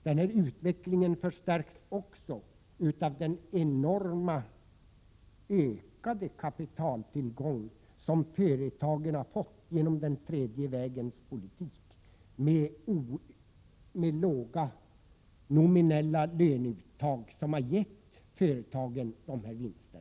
Den här utvecklingen förstärks också av den enorma och ökade kapitaltillgång som företagen har fått genom den tredje vägens politik med låga nominella löneuttag, som har gett företagen sådana här vinster.